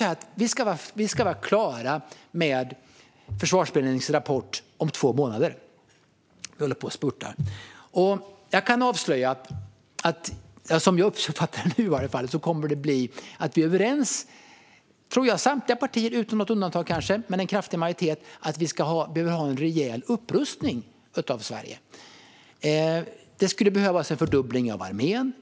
Försvarsberedningen ska vara klar med rapporten om två månader; vi håller på och spurtar. Som jag uppfattar det nu är samtliga partier, kanske med något undantag, i alla fall en kraftig majoritet, överens om att det behövs en rejäl upprustning av Sverige. Det skulle behövas en fördubbling av armén.